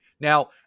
Now